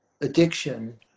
addiction